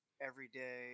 everyday